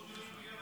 לא.